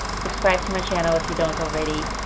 subscribe to my channel if you don't already,